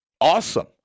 awesome